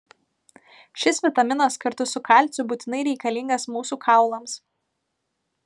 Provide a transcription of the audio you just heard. šis vitaminas kartu su kalciu būtinai reikalingas mūsų kaulams